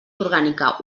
orgànica